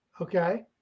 Okay